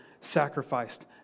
sacrificed